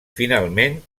finalment